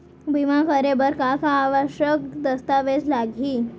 बीमा करे बर का का आवश्यक दस्तावेज लागही